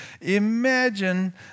imagine